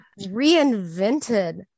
reinvented